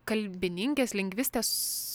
kalbininkės lingvistės